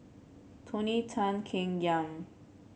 Tony Tan Keng Yam